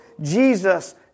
Jesus